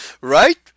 Right